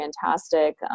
fantastic